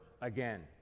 again